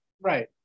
right